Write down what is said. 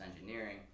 engineering